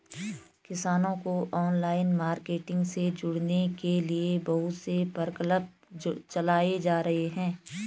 किसानों को online marketing से जोड़ने के लिए बहुत से प्रकल्प चलाए जा रहे हैं